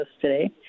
today